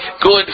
Good